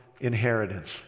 inheritance